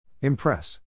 impress